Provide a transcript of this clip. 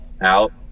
out